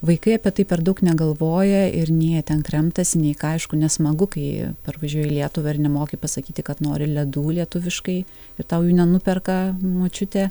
vaikai apie tai per daug negalvoja ir nei jie ten kremtasi nei ką aišku nesmagu kai parvažiuoji į lietuvą ir nemoki pasakyti kad nori ledų lietuviškai ir tau jų nenuperka močiutė